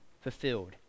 fulfilled